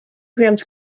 grams